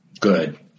Good